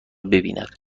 ببیند